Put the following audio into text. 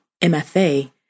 MFA